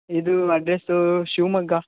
ಇದು ಅಡ್ರಸ್ಸೂ ಶಿವಮೊಗ್ಗ